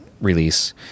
Release